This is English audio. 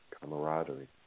camaraderie